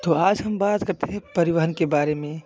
तो आज हम बात करते हैं परिवहन के बारे में